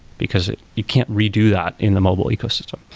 because you can't redo that in the mobile ecosystem.